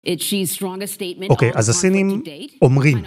אוקיי, אז הסינים אומרים.